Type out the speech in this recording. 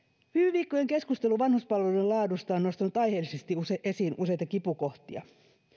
viikkojen keskustelu vanhuspalveluiden laadusta on nostanut aiheellisesti esiin useita kipukohtia